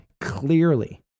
Clearly